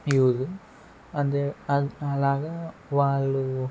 use అలాగ వాళ్లు